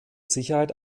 sicherheit